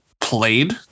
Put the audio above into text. played